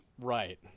Right